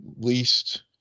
least